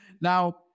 Now